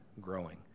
growing